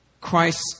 Christ